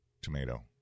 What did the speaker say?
tomato